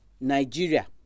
Nigeria